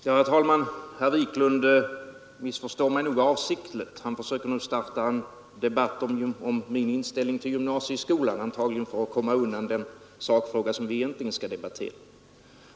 Herr talman! Herr Wiklund i Härnösand missförstod mig nog avsiktligt. Han försöker nu starta en debatt om min inställning till gymnasieskolan, antagligen för att komma undan den sakfråga som vi egentligen skall debattera.